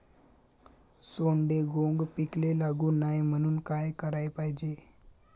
सोंडे, घुंग पिकाले लागू नये म्हनून का कराच पायजे?